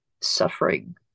suffering